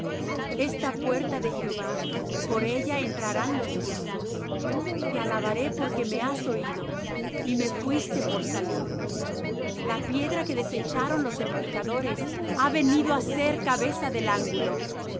esta puerta de jehová por ella entrarán los justos te alabaré porque me has oído y me fuiste por salud la piedra que desecharon los edificadores ha venido á ser cabeza del ángulo